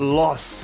loss